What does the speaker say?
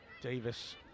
Davis